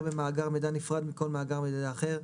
במאגר מידע נפרד מכל מאגר מידע אחר,